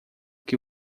que